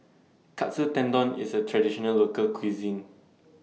Katsu Tendon IS A Traditional Local Cuisine